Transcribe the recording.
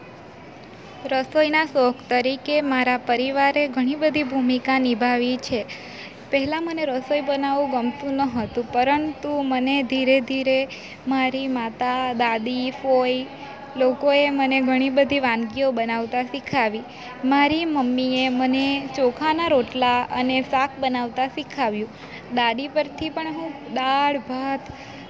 રસોઈના શોખ તરીકે મારા પરિવારે ઘણી બધી ભૂમિકા નિભાવી છે પહેલાં મને રસોઈ બનાવવું ગમતું ન હતું પરંતુ મને ધીરે ધીરે મારી માતા દાદી ફોઈ લોકોએ મને ઘણી બધી વાનગીઓ બનાવતા શીખવી મારી મમ્મીએ મને ચોખાના રોટલા અને શાક બનાવતા શીખવ્યું દાદી પરથી પણ હું દાળ ભાત